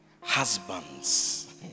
husbands